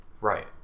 Right